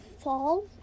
Fall